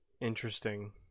interesting